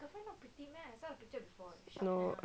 no I saw I saw